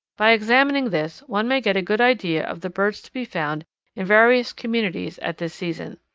by examining this one may get a good idea of the birds to be found in various communities at this season.